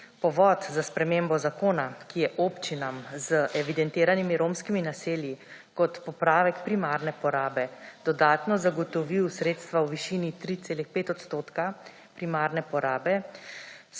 Povod za spremembo zakona, ki je občinam z evidentiranimi romskimi naselji kot popravek primarne porabe dodatno zagotovil sredstva v višini 3,5 % primarne porabe